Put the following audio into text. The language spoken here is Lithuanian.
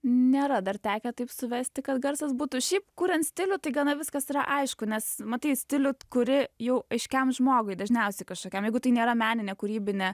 nėra dar tekę taip suvesti kad garsas būtų šiaip kuriant stilių tai gana viskas yra aišku nes matai stilių kuri jau aiškiam žmogui dažniausiai kažkokiam jeigu tai nėra menine kūrybine